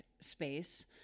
space